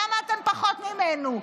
למה אתם פחות ממנו?